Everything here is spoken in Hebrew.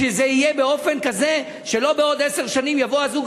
שזה יהיה באופן כזה שלא בעוד עשר שנים יבוא הזוג